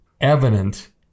evident